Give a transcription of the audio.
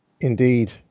Indeed